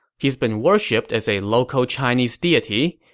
he's been worshipped as a local chinese deity,